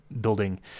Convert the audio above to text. building